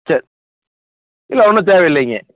சரி இல்லை ஒன்றும் தேவை இல்லைங்க